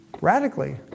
radically